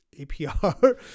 APR